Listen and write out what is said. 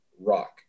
rock